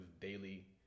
daily